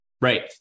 Right